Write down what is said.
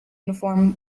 uniform